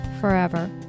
forever